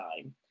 time